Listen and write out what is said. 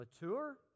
Mature